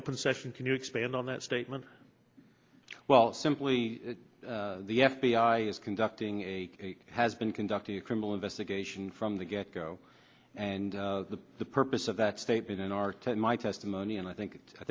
open session can you expand on that statement well simply the f b i is conducting a has been conducting a criminal investigation from the get go and the purpose of that statement in our tent my testimony and i think i